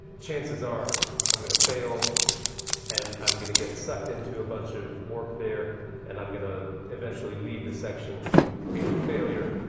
chances are i'm going to fail and i'm going to get sucked into a bunch of work there and i'm going to eventually leave the section feeling failure,